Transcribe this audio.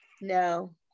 no